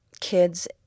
kids